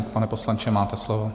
Pane poslanče, máte slovo.